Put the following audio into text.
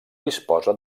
disposa